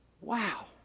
wow